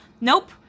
Nope